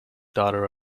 daughter